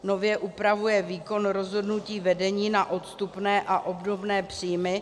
Nově upravuje výkon rozhodnutí vedení na odstupné a obdobné příjmy.